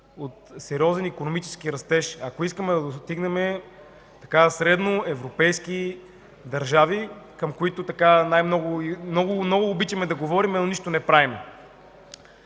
от сериозен икономически растеж, ако искаме да достигнем средноевропейски държави, за които много обичаме да говорим, но нищо не правим.